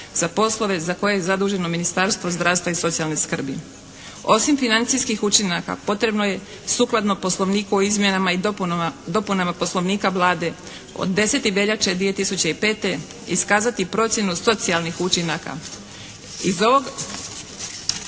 za poslove za koje je zaduženo Ministarstvo zdravstva i socijalne skrbi. Osim financijskih učinaka potrebno je sukladno Poslovniku o izmjenama i dopunama Poslovnika Vlade od 10. veljače 2005. iskazati procjenu socijalnih učinaka.